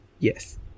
yes